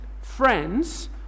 friends